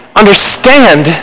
understand